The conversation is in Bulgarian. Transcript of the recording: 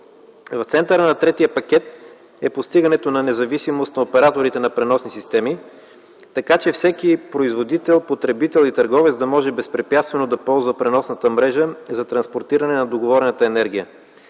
В центъра на третия пакет е постигането на независимост на операторите на преносни системи, така че всеки производител, потребител и търговец да може безпрепятствено да ползва преносната мрежа за транспортиране на договорената енергия.